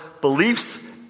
beliefs